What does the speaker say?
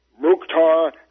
Mukhtar